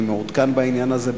אני מעודכן בעניין הזה.